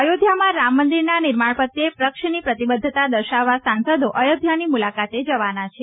અયોધ્યામાં રામમંદિરના નિર્માણ પ્રત્યે પક્ષની પ્રતિબદ્ધતા દર્શાવવા સાંસદો અયોધ્યાની મુલાકાતે જવાના છે